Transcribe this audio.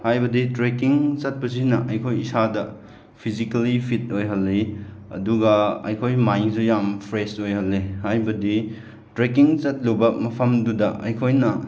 ꯍꯥꯏꯕꯗꯤ ꯇ꯭ꯔꯦꯀꯤꯡ ꯆꯠꯄꯁꯤꯅ ꯑꯩꯈꯣꯏ ꯏꯁꯥꯗ ꯐꯤꯖꯤꯀꯦꯜꯂꯤ ꯐꯤꯠ ꯑꯣꯏꯍꯜꯂꯤ ꯑꯗꯨꯒ ꯑꯩꯈꯣꯏ ꯃꯥꯏꯟꯁꯨ ꯌꯥꯝ ꯐ꯭ꯔꯦꯁ ꯑꯣꯏꯍꯜꯂꯦ ꯍꯥꯏꯕꯗꯤ ꯇ꯭ꯔꯦꯀꯤꯡ ꯆꯠꯂꯨꯕ ꯃꯐꯝꯗꯨꯗ ꯑꯩꯈꯣꯏꯅ